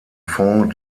fonds